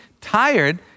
tired